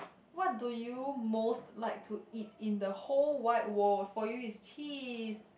what do you most like to eat in the whole wide world for you is cheese